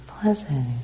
pleasant